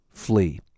flee